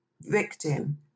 victim